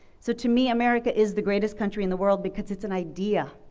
so to me america is the greatest country in the world because it's an idea,